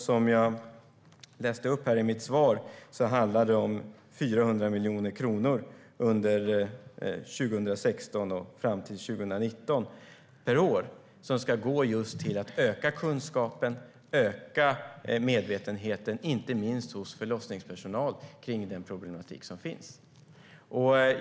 Som jag sa i mitt interpellationssvar handlar det om 400 miljoner kronor under 2016 och lika mycket per år fram till 2019. De ska gå just till att öka kunskapen och medvetenheten inte minst hos förlossningspersonal om den problematik som finns.